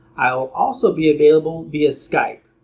i will also be available via skype.